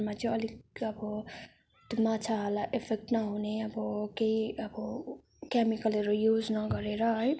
मा चाहिँ अलिक अब माछाहरूलाई एफेक्ट नहुने अब केही अब केमिकलहरू युज नगरेर है